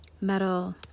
metal